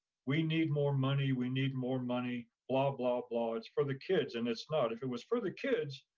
we need more money, we need more money, blah, blah, blah, it's for the kids and it's not. if it was for the kids,